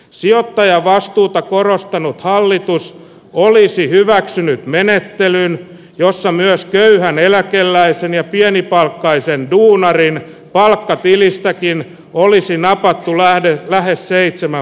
sijoittajavastuuta korostanut hallitus olisi hyväksynyt menettelyyn jossa myös köyhän eläkeläisen ja pienipalkkaisten duunarien palkat vilistää kiina olisi napattu lähde lähes seitsemän